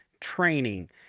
training